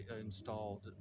installed